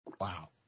Wow